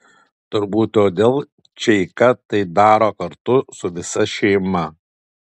turbūt todėl čeika tai daro kartu su visa šeima